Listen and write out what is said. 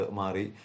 mari